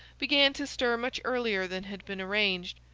began to stir much earlier than had been arranged.